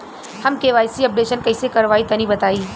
हम KYC updation कइसे करवाई तनि बताई?